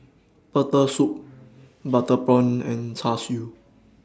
Turtle Soup Butter Prawns and Char Siu